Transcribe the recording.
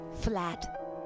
Flat